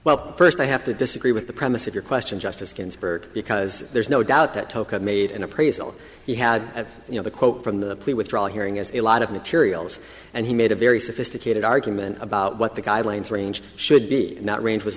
well first i have to disagree with the premise of your question justice ginsburg because there's no doubt that token made an appraisal he had you know the quote from the plea withdraw hearing is a lot of materials and he made a very sophisticated argument about what the guidelines range should be not range was